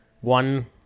One